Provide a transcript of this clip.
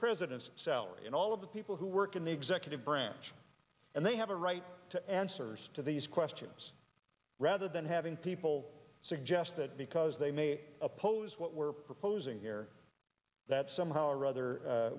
president's salary and all of the people who work in the executive branch and they have a right to answers to these questions rather than having people suggest that because they may oppose what we're proposing here that somehow or other